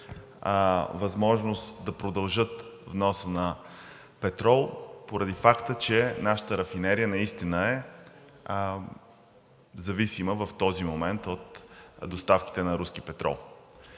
възможност да продължат вноса на петрол поради факта, че нашата рафинерия наистина е зависима в този момент от доставките на руски петрол.